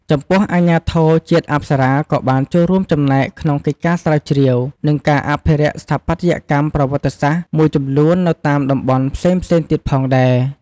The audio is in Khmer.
ចំពោះអាជ្ញាធរជាតិអប្សរា ក៏បានចូលរួមចំណែកក្នុងកិច្ចការស្រាវជ្រាវ និងការអភិរក្សស្ថាបត្យកម្មប្រវត្តិសាស្ត្រមួយចំនួននៅតាមតំបន់ផ្សេងទៀតផងដែរ។